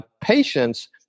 patients